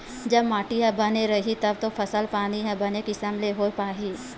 जब माटी ह बने रइही तब तो फसल पानी ह बने किसम ले होय पाही